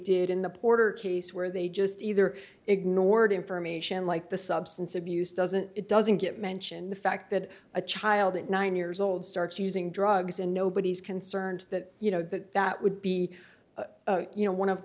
did in the porter case where they just either ignored information like the substance abuse doesn't it doesn't get mention the fact that a child at nine years old starts using drugs and nobody's concerned that you know that that would be you know one of